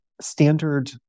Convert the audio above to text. standard